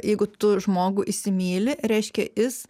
jeigu tu žmogų įsimyli reiškia jis